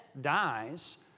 dies